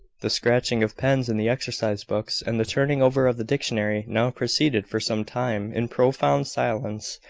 the scratching of pens in the exercise-books, and the turning over of the dictionary, now proceeded for some time in profound silence,